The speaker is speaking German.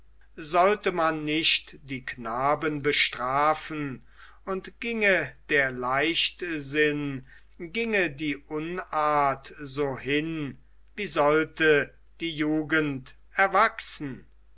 sollte man nicht die knaben bestrafen und ginge der leichtsinn ginge die unart so hin wie sollte die jugend erwachsen